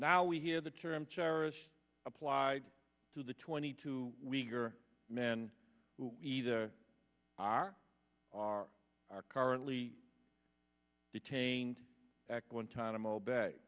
now we hear the term cherish applied to the twenty two weaker men who either are or are currently detained at